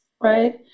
right